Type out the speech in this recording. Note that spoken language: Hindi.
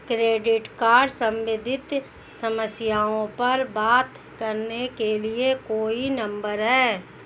क्रेडिट कार्ड सम्बंधित समस्याओं पर बात करने के लिए कोई नंबर है?